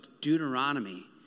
Deuteronomy